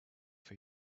for